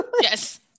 yes